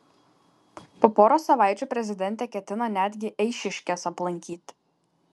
po poros savaičių prezidentė ketina netgi eišiškes aplankyti